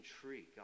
tree